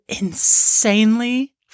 insanely